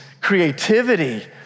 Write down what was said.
creativity